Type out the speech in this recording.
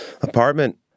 apartment